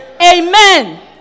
Amen